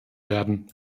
werden